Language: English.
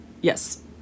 yes